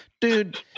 Dude